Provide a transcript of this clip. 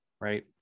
Right